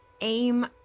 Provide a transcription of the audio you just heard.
aim